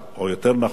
או יותר נכון,